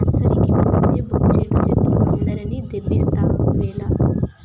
నర్సరీకి పోతే బొచ్చెడు చెట్లు అందరిని దేబిస్తావేల